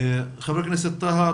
חבר הכנת טאהא,